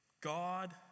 God